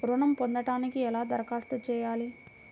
ఋణం పొందటానికి ఎలా దరఖాస్తు చేయాలి?